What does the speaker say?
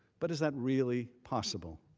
but is that really possible?